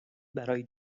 برای